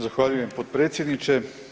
Zahvaljujem potpredsjedniče.